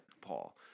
Paul